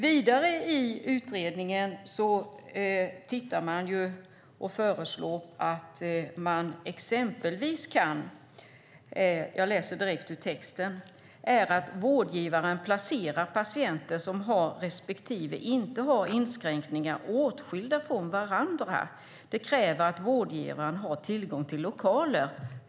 Vidare i utredningen föreslås att vårdgivaren exempelvis kan placera patienter som har respektive inte har inskränkningar åtskilda från varandra. Det kräver att vårdgivaren har tillgång till lokaler.